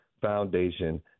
Foundation